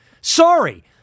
Sorry